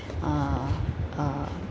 uh uh